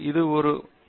பேராசிரியர் அபிஜித் பி